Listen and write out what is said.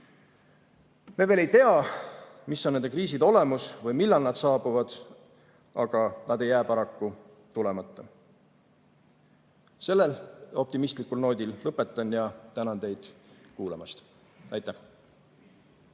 Me veel ei tea, mis on nende kriiside olemus või millal nad saabuvad, aga nad ei jää paraku tulemata. Sellel optimistlikul noodil lõpetan ja tänan teid kuulamast. Aitäh!